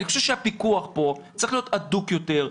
אני חושב שהפיקוח פה צריך להיות הדוק יותר.